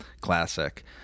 classic